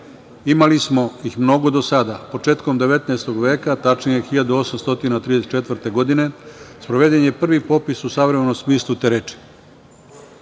imali smo ih mnogo do sada. Početkom 19. veka, tačnije 1834. godine, sproveden je prvi popis u savremenom smislu te reči.